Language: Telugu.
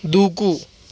దూకు